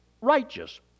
righteous